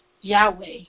Yahweh